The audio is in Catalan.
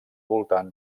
voltant